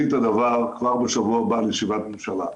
את הדבר כבר בשבוע הבא לישיבת ממשלה.